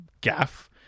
gaff